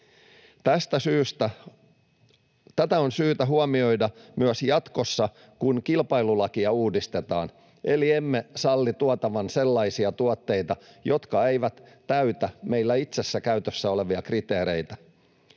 Tätä on syytä huomioida myös jatkossa, kun kilpailulakia uudistetaan, eli emme salli tuotavan sellaisia tuotteita, jotka eivät täytä meillä itsellämme käytössä olevia kriteereitä.